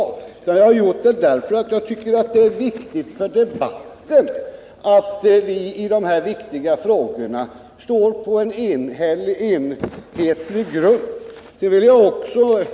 Jag gjorde det därför att jag tycker att det är viktigt för debatten att vi när det gäller dessa väsentliga frågor står på en enhetlig grund.